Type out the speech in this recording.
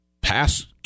pass –